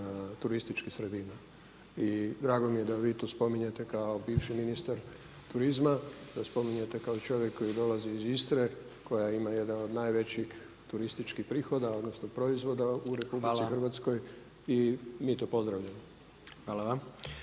turističkih sredina i drago mi je da vi to spominjete kao bivši ministar turizma, da spominjete kao čovjek koji dolazi iz Istre koja ima jedan od najvećih turističkih prihoda, odnosno proizvoda u RH i mi to pozdravljamo.